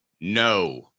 No